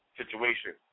situation